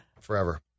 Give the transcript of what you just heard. forever